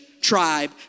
tribe